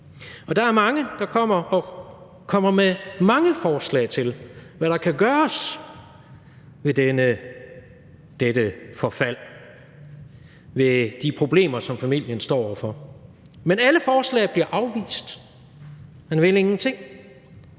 der er mange, der kommer med mange forslag til, hvad der kan gøres ved dette forfald og ved de problemer, som familien står over for. Men alle forslag bliver afvist; man vil ingenting.